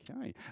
Okay